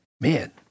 man